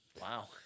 Wow